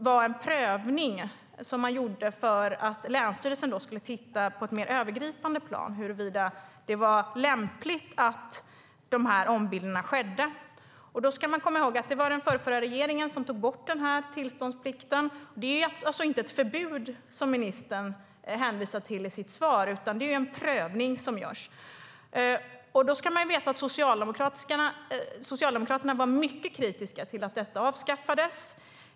Länsstyrelsen gjorde en prövning för att titta på ett mer övergripande plan huruvida det var lämpligt att ombildningar skedde. Då ska man komma ihåg att det var den förrförra regeringen som tog bort denna tillståndsplikt. Det är alltså inte ett förbud, som ministern hänvisar till i sitt svar, utan det är en prövning som görs. Man ska veta att Socialdemokraterna var mycket kritiska till att detta avskaffades.